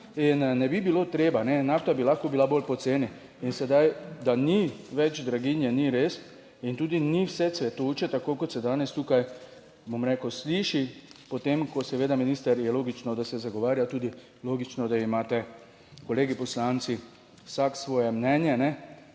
In ne bi bilo treba in nafta bi lahko bila bolj poceni. In sedaj, da ni več draginje, ni res in tudi ni vse cvetoče, tako kot se danes tukaj, bom rekel, sliši. Potem ko seveda minister je logično, da se zagovarja, tudi logično, da imate kolegi poslanci vsak svoje mnenje,